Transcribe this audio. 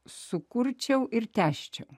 sukurčiau ir tęsčiau